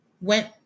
went